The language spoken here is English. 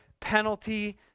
Penalty